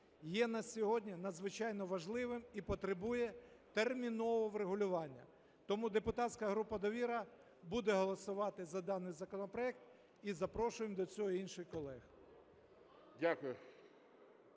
є на сьогодні надзвичайно важливим і потребує термінового врегулювання. Тому депутатська група "Довіра" буде голосувати за даний законопроект і запрошуємо до цього інших колег.